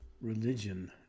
Religion